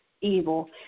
evil